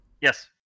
Yes